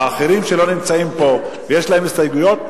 האחרים שלא נמצאים פה ויש להם הסתייגויות,